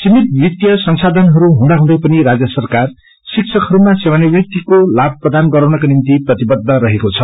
सीमित वित्तीय संसाधनहरू हुँदा हुँदै पनि राज्य सरकार शिक्षकहरूमा सेवा निवृत्तिको लाभ प्रदान गराउनका निम्ति प्रतिबद्ध रहेको छ